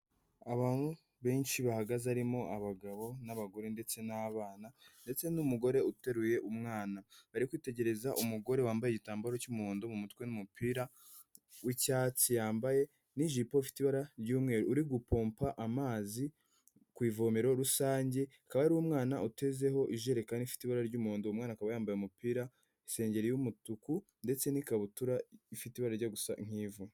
Abantu benshi bahagaze barimo abagabo n'abagore ndetse n'abana ndetse n'umugore uteruye umwana, bari kwitegereza umugore wambaye igitambaro cy'umuhondo mu mutwe n'umupira w'icyatsi, yambaye n' ijipo ifite ibara ry'umweru uri gupompa amazi ku ivomero rusange, hakaba hari umwana utezeho ijerekani rifite ibara ry'umundo, uwo mwana akaba yambaye umupira, isengeri y'umutuku ndetse n'ikabutura ifite ibara rijya gusa n' ivu.